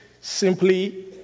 simply